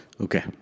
Okay